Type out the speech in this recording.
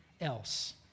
else